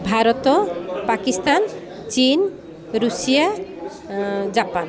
ଭାରତ ପାକିସ୍ତାନ ଚୀନ Russia Japan